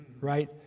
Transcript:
Right